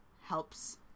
helps